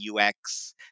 UX